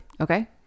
Okay